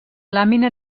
làmina